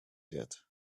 yet